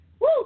Woo